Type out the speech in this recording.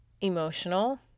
emotional